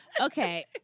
Okay